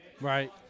Right